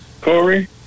Corey